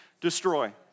destroy